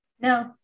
no